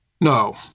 No